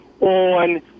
on